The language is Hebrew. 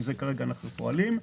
מזה כרגע אנחנו פועלים.